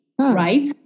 right